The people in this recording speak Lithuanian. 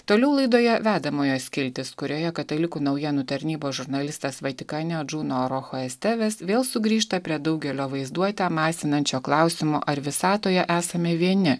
toliau laidoje vedamojo skiltis kurioje katalikų naujienų tarnybos žurnalistas vatikane adžuno arochoestevas vėl sugrįžta prie daugelio vaizduotę masinančio klausimo ar visatoje esame vieni